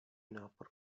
nápor